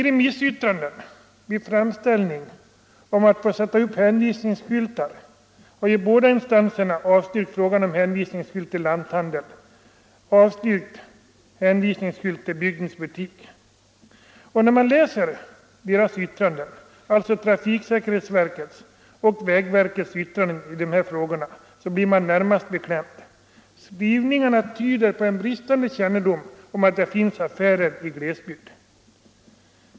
I remissyttranden vid framställningar om att få sätta upp hänvisningsskyltar har ju båda instanserna avstyrkt krav på hänvisningsskylt till lanthandel, till bygdens butik. När man läser deras yttranden blir man närmast beklämd. Skrivningarna tyder på bristande kännedom om att det finns affärer i glesbygd.